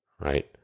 Right